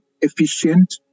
efficient